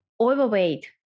overweight